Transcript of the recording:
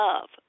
love